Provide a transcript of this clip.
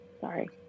Sorry